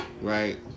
Right